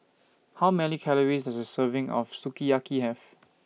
How Many Calories Does A Serving of Sukiyaki Have